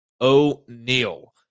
O'Neill